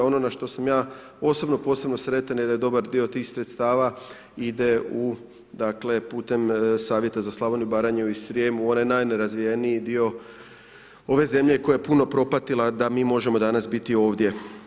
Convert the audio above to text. Ono što na što sam ja osobno posebno sretan, jer je dobar dio tih sredstava, ide putem savjeta za Slavoniju, Baranju i Srijem, u onaj najnerazvijaniji dio ove zemlje koja je puno propatila da mi možemo danas biti ovdje.